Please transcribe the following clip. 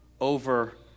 over